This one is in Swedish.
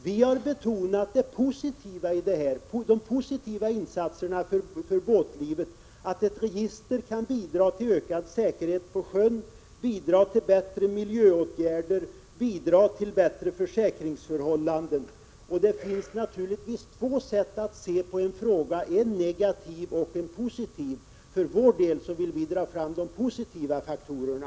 Vi har i stället betonat de positiva insatserna för båtlivet: att ett register kan bidra till ökad säkerhet på sjön, till bättre miljöåtgärder och till bättre försäkringsförhållanden. Det finns naturligtvis alltid två sätt att se på en fråga, ett negativt och ett positivt, och för vår del vill vi dra fram de positiva faktorerna.